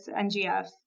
NGF